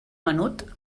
menut